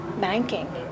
banking